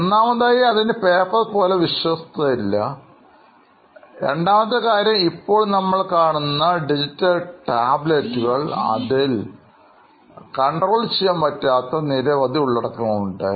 ഒന്നാമതായി അതിനു പേപ്പർ പോലെ വിശ്വസ്തത ഇല്ല രണ്ടാമത്തെ കാര്യം ഇപ്പോൾ നമ്മൾ കാണുന്ന ഡിജിറ്റൽ ടാബ്ലറ്റുകൾ അതിൽ അനിയന്ത്രിതമായ നിരവധി ഉള്ളടക്കങ്ങൾ ഉണ്ട്